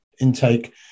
intake